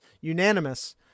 unanimous